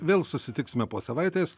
vėl susitiksime po savaitės